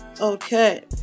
Okay